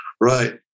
Right